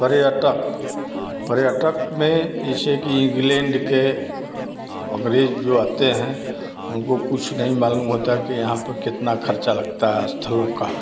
पर्यटक पर्यटक में जैसे कि इंग्लैण्ड के अँग्रेज जो आते हैं उनको कुछ नहीं मालूम होता कि यहाँ पर कितना खर्चा लगता है अस्थलों का